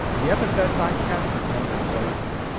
the epithets i cast at him that drove him.